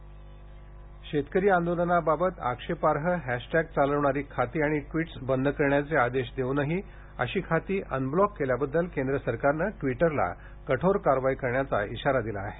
Twitter शेतकरी आंदोलनाबाबत आक्षेपार्ह हॅशटॅग चालवणारी खाती आणि ट्वीटस बंद करण्याचे आदेश देऊनही अशी खाती अनब्लॉक केल्याबददल केंद्र सरकारनं ट्विटरला कठोर कारवाई करण्याचा इशारा दिला आहे